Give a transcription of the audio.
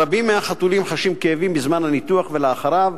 רבים מהחתולים חשים כאבים בזמן הניתוח ואחריו,